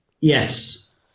Yes